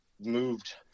moved